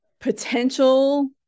potential